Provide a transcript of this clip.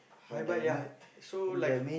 hi bye ya so like